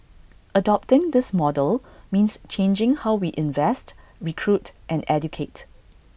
adopting this model means changing how we invest recruit and educate